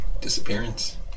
disappearance